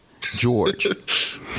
George